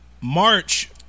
March